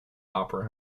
opera